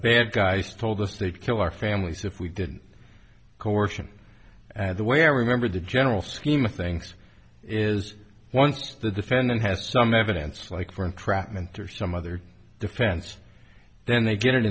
bad guys told us they'd kill our families if we didn't coercion and the way i remember the general scheme of things is once the defendant has some evidence like for entrapment or some other defense then they get an